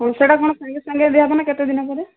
ପଇସାଟା କ'ଣ ସାଙ୍ଗେ ସାଙ୍ଗେ ଦିଆହେବ ନା କେତେଦିନ ପରେ